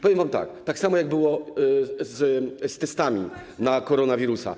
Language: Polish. Powiem wam tak: tak samo było z testami na koronawirusa.